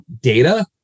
data